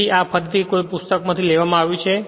તેથી આ ફરીથી કોઈ પુસ્તકમાંથી લેવામાં આવ્યું છે